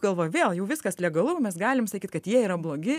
galvoji vėl jau viskas legalu mes galim sakyt kad jie yra blogi